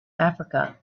africa